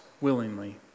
willingly